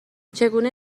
چگونه